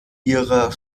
ihrer